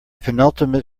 penultimate